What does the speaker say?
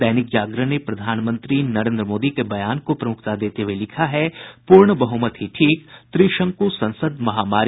दैनिक जागरण ने प्रधानमंत्री नरेन्द्र मोदी के बयान को प्रमुखता देते हुये लिखा है पूर्ण बहुमत ही ठीक त्रिशंकु संसद महामारी